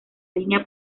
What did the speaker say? línea